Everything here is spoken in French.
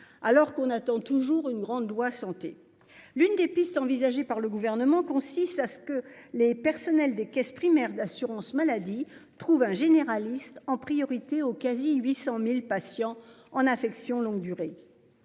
Alors qu'on attend toujours une grande loi santé, l'une des pistes envisagées par le gouvernement consiste à ce que les personnels des caisses primaires d'assurance maladie trouve un généraliste en priorité au quasi 800.000 patients en affection longue durée.